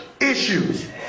issues